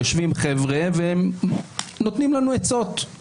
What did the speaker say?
יושבים חבר'ה ונותנים לנו עצות.